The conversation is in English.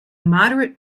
moderate